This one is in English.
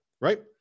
right